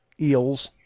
eels